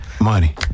Money